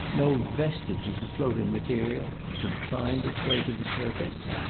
no vestige of the floating material could find its way to the surface?